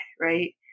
right